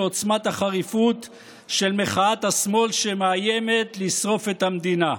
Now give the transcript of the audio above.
לעוצמת החריפות של מחאת השמאל שמאיימת לשרוף את המדינה.